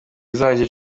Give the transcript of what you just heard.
izajya